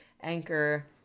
Anchor